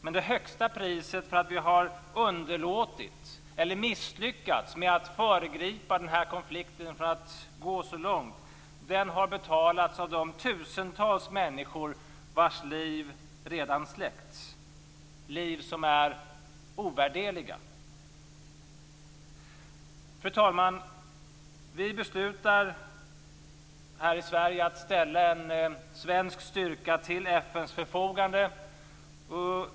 Men det högsta priset för att vi misslyckades med att förhindra att den här konflikten gick så långt har betalats av de tusentals människor vars liv redan har släckts. Det är liv som är ovärderliga. Fru talman! Vi beslutar här i Sverige att ställa en svensk styrka till FN:s förfogande.